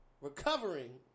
recovering